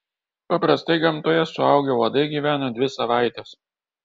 paprastai gamtoje suaugę uodai gyvena dvi savaites